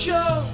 Show